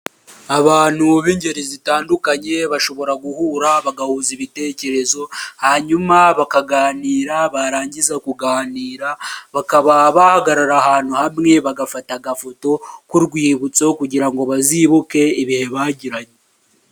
Abantu b'ingeri zitandukanye bashobora guhura bagahuza ibitekerezo hanyuma bakaganira barangiza kuganira bakaba bahagarara ahantu hamwe bagafata agafoto k'urwibutso kugira ngo bazibuke ibihe bagiranye.